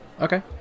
Okay